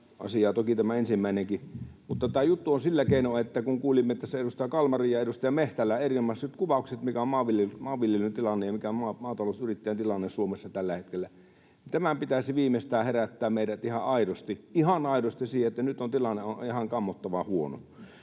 — asiaa toki on tämä ensimmäinenkin. Mutta tämä juttu on sillä keinoin, että kun kuulimme tässä edustaja Kalmarin ja edustaja Mehtälän erinomaiset kuvaukset, mikä on maanviljelyn tilanne ja mikä on maatalousyrittäjän tilanne Suomessa tällä hetkellä, niin viimeistään tämän pitäisi herättää meidät ihan aidosti, ihan aidosti siihen, että nyt tilanne on ihan kammottavan huono.